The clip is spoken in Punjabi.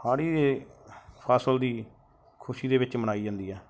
ਹਾੜੀ ਫਸਲ ਦੀ ਖੁਸ਼ੀ ਦੇ ਵਿੱਚ ਮਨਾਈ ਜਾਂਦੀ ਹੈ